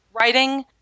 writing